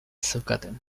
zeukaten